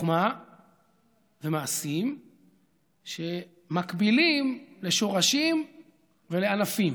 חוכמה ומעשים שמקבילים לשורשים ולענפים.